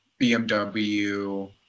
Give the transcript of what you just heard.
BMW